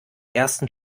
ersten